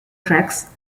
tracks